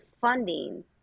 funding